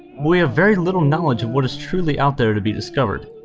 we have very little knowledge of what is truly out there to be discovered.